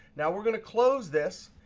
now we're going to close this.